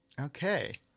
Okay